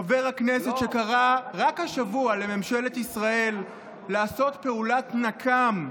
חבר הכסת שקרא רק השבוע לממשלת ישראל לעשות פעולת נקם,